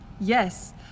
Yes